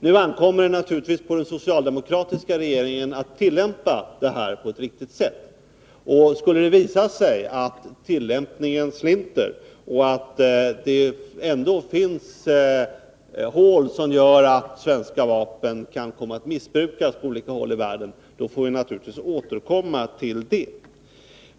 Nu ankommer det naturligtvis på den socialdemokratiska regeringen att tillämpa detta på ett riktigt sätt. Skulle det visa sig att tillämpningen slinter och att det ändå finns hål som gör att svenska vapen kan komma att missbrukas på olika håll i världen, då får vi naturligtvis återkomma till det.